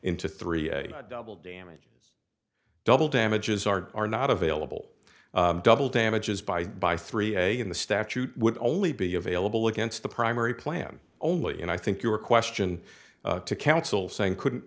into three double damage double damages are are not available double damages by by three a in the statute would only be available against the primary plan only and i think your question to counsel saying couldn't